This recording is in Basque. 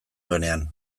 duenean